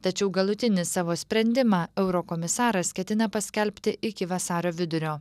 tačiau galutinį savo sprendimą eurokomisaras ketina paskelbti iki vasario vidurio